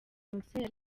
innocent